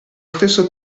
stesso